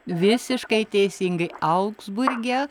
visiškai teisingai augsburge